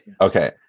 okay